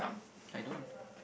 I don't